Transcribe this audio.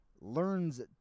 learns